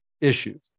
issues